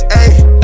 ayy